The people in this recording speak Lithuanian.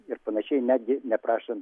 ir panašiai netgi neprašant